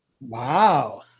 Wow